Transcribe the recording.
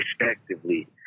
respectively